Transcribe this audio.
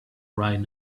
right